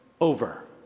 over